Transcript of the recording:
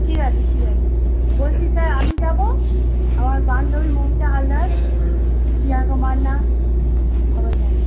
ঠিক আছে ঠিক আছে বলছি স্যার আমি যাব আমার বান্ধবী মৌমিতা হালদার প্রিয়াঙ্কা মান্না সবাই যাবে